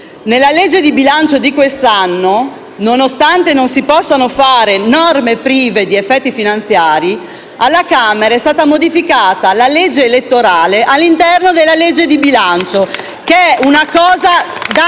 Nella legge di bilancio di quest'anno, nonostante non si possano fare norme prive di effetti finanziari, alla Camera è stata modificata la legge elettorale all'interno della legge di bilancio, che è una cosa da